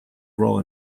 role